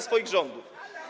swoich rządów?